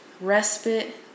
respite